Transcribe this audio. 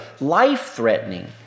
life-threatening